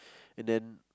and then